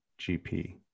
gp